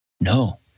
No